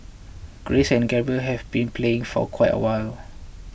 Grace and Gabriel have been playing for quite awhile